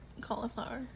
cauliflower